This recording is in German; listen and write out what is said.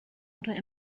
oder